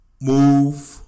move